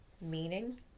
meaning